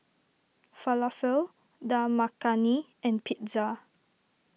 Falafel Dal Makhani and Pizza